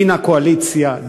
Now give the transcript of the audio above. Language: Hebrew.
דין הקואליציה,